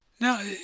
Now